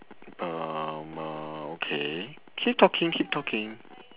uh uh okay keep talking keep talking